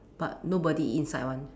but nobody eat inside one